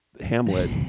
Hamlet